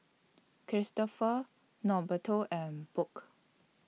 Cristofer Norberto and Burke